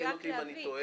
ותקן אותי אם אני טועה,